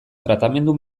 tratamendu